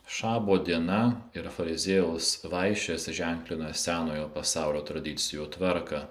šabo diena ir fariziejaus vaišės ženklina senojo pasaulio tradicijų tvarką